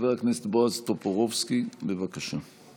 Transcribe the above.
חבר הכנסת בועז טופורובסקי, בבקשה.